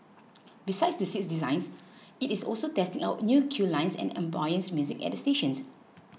besides the seats designs it is also testing out new queue lines and ambient music at the stations